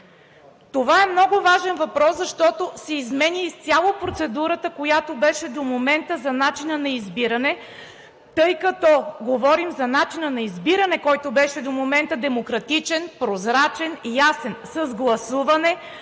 Това е много важен въпрос, защото се изменя изцяло процедурата, която беше до момента, за начина на избиране, тъй като говорим за начина на избиране, който беше до момента – демократичен, прозрачен, ясен, с гласуване